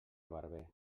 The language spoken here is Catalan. barber